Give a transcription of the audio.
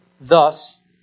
thus